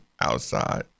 outside